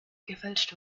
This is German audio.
gefälscht